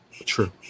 True